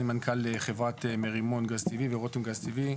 אני מנכ"ל חברת מרימון גז טבעי ורתם גז טבעי,